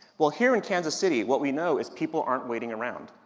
well, here in kansan city what we know is people aren't waiting around.